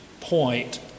point